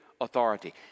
authority